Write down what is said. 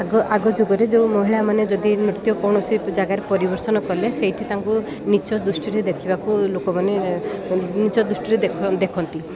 ଆଗ ଆଗ ଯୁଗରେ ଯୋଉ ମହିଳାମାନେ ଯଦି ନୃତ୍ୟ କୌଣସି ଜାଗାରେ ପରିବେଷଣ କଲେ ସେଇଠି ତାଙ୍କୁ ନୀଚ ଦୃଷ୍ଟିରେ ଦେଖିବାକୁ ଲୋକମାନେ ନୀଚ ଦୃଷ୍ଟିରେ ଦେଖନ୍ତି